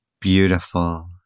Beautiful